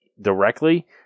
directly